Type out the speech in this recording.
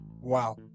Wow